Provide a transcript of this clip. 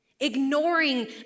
Ignoring